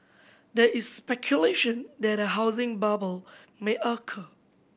there is speculation that a housing bubble may occur